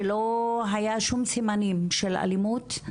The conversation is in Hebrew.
שלא היה שום סימנים של אלימות,